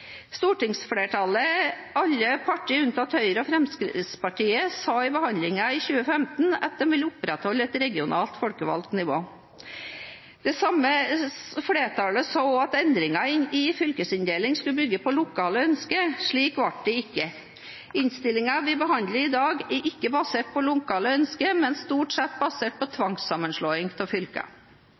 Stortingsflertallet, alle partier unntatt Høyre og Fremskrittspartiet, sa under behandlingen i 2015 at de ville opprettholde et regionalt folkevalgt nivå. Det samme flertallet sa også at endringer i fylkesinndelingen skulle bygge på lokale ønsker. Slik ble det ikke. Innstillingen vi behandler i dag, er ikke basert på lokale ønsker, men stort sett på tvangssammenslåing av fylker.